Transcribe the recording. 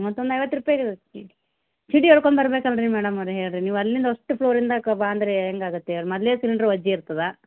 ಮತ್ತೊಂದು ಐವತ್ತು ರೂಪಾಯಿ ಸೀಡಿ ಏರ್ಕೊಂಬರ್ಬೇಕಲ್ಲ ರೀ ಮೇಡಮ್ ಅವರೆ ಹೇಳಿರಿ ನೀವು ಅಲ್ಲಿಂದ ಅಷ್ಟು ಫ್ಲೋರಿಂದ ಕ ಬಾ ಅಂದರೆ ಹೆಂಗೆ ಆಗುತ್ತೆ ಮೊದ್ಲೇ ಸಿಲಿಂಡ್ರು ವಜೆ ಇರ್ತದೆ